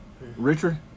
Richard